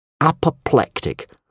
apoplectic